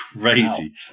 Crazy